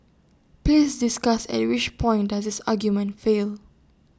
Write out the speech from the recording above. please discuss at which point does this argument fail